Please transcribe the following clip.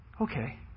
okay